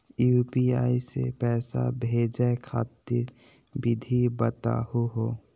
UPI स पैसा भेजै खातिर विधि बताहु हो?